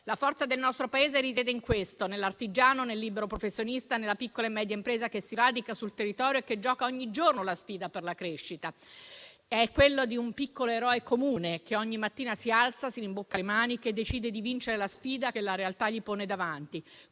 La forza del nostro Paese risiede in questo: nell'artigiano, nel libero professionista, nella piccola e media impresa, che si radica sul territorio e che gioca ogni giorno la sfida per la crescita. È la forza di un piccolo eroe comune che ogni mattina si alza, si rimbocca le maniche della camicia e decide di vincere la sfida che la realtà gli pone davanti.